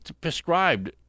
prescribed